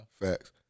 facts